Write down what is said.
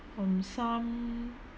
from some